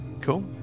cool